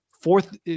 fourth